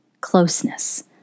Closeness